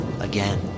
again